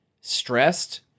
stressed